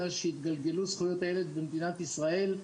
של התגלגלות זכויות הילד במדינת ישראל.